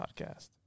podcast